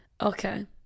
okay